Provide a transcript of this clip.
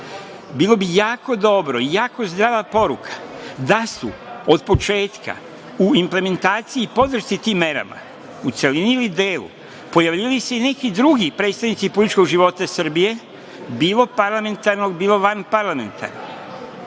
dana. Bilo bi jako dobro i jako zdrava poruka da su od početka u implementaciji i podršci tim merama u celini ili delu se pojavljivali i neki drugi predstavnici političkog života Srbije, bilo parlamentarnog, bilo vanparlamentarnog.